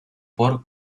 por